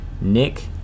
Nick